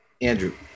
Andrew